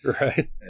right